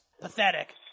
pathetic